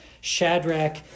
Shadrach